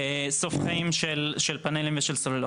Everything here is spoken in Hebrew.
סוף חיים של פנלים ושל סוללות.